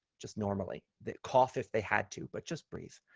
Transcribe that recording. just normally. they'd cough if they had to, but just breathe.